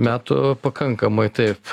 metų pakankamai taip